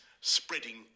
spreading